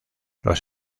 los